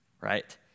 Right